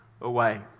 away